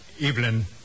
Evelyn